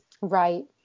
Right